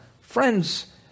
friends